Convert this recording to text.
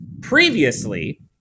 previously